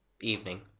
evening